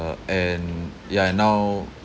and ya now